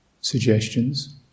suggestions